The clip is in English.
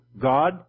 God